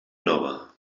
nova